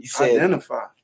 identify